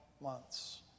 months